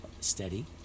steady